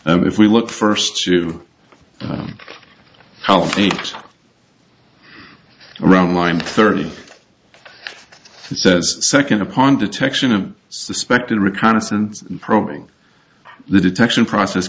and if we look first to the healthy around line thirty says second upon detection of suspected reconnaissance probing the detection process